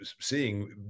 seeing